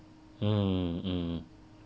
mm mm